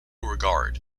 regard